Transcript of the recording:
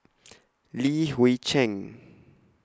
Li Hui Cheng